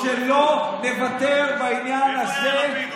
לא נוותר בעניין הזה.